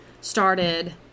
started